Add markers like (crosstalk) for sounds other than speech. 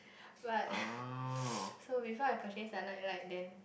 but (breath) (noise) so before I purchase their night light then